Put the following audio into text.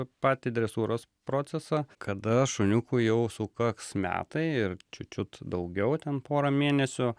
patį dresūros procesą kada šuniukui jau sukaks metai ir čiut čiut daugiau ten porą mėnesių